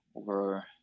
over